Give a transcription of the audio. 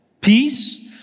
Peace